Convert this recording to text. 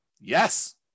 Yes